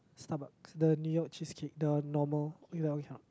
Starbucks the New-York cheesecake the normal eat liao we cannot